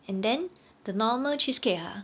and then the normal cheesecake ah